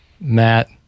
Matt